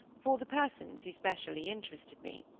for the persons who specially interested me.